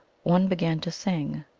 one began to sing,